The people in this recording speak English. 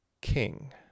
king